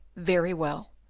very well!